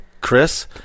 chris